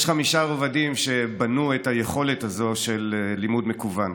יש חמישה רבדים שבנו את היכולת הזאת של לימוד מקוון.